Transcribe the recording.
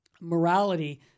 morality